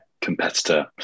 competitor